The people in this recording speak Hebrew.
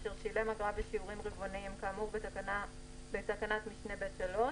אשר שילם אגרה בשיעורים רבעוניים כאמור בתקנת משנה (ב3)",